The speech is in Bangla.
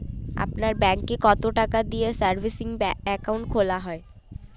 আপনার ব্যাংকে কতো টাকা দিয়ে সেভিংস অ্যাকাউন্ট খোলা হয়?